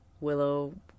Willow